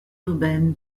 urbaine